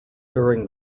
during